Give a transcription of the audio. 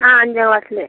ആ അഞ്ചാം ക്ലാസ്സിൽ